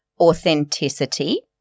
authenticity